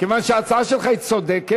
כיוון שההצעה שלך היא צודקת.